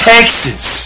Texas